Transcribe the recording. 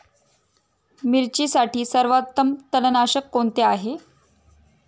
मिरचीसाठी सर्वोत्तम तणनाशक कोणते आहे?